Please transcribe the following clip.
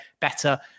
better